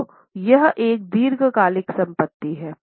तो यह एक दीर्घकालिक संपत्ति है